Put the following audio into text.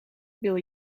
wil